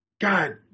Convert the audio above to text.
God